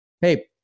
Hey